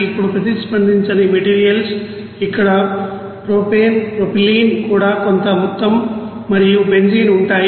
ఇప్పుడు ప్రతిస్పందించని మెటీరియల్స్ ఇక్కడ ప్రొపేన్ ప్రొపైలీన్ కూడా కొంత మొత్తంలో మరియు బెంజీన్ ఉంటాయి